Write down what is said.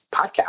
podcast